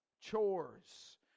chores